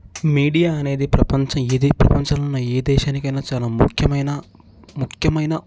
media అనేది ప్రపంచం ఏదైనా ప్రపంచంలోనున్న ఏ దేశానికైనా చాలా ముఖ్యమైన ముఖ్యమైన